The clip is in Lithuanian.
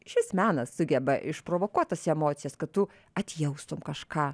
šis menas sugeba išprovokuot tas emocijas kad tu atjaustum kažką